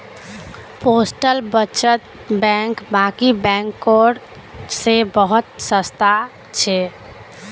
postal बचत bank बाकी बैंकों से बहुत सस्ता छे